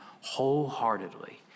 wholeheartedly